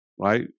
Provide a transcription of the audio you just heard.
right